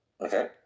Okay